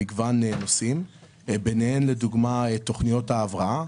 למגוון נושאים ביניהם לדוגמה תכניות ההבראה.